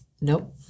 nope